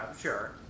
sure